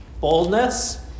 boldness